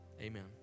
amen